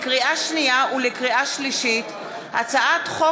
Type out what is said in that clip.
לקריאה שנייה ולקריאה שלישית, הצעת חוק